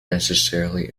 necessarily